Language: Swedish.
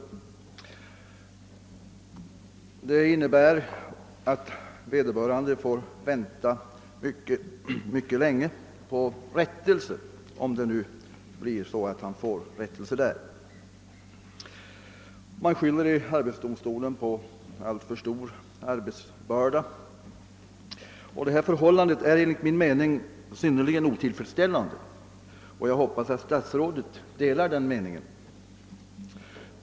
Förhållandena innebär att vederbörande får vänta mycket länge på rättelse, om nu sådan kommer till stånd. Man anför i domstolen som skäl för den långa väntan en alltför stor arbetsbörda. De rådande förhållandena är enligt min mening synnerligen otillfredsställande — och jag hoppas att statsrådet delar den meningen.